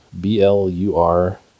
B-L-U-R